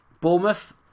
Bournemouth